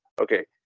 okay